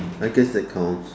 I guess that counts